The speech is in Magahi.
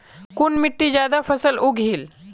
कुन मिट्टी ज्यादा फसल उगहिल?